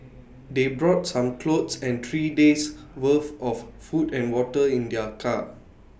they brought some clothes and three days' worth of food and water in their car